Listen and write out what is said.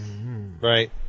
right